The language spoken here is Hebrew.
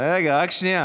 לא, לא.